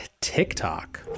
TikTok